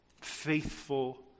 faithful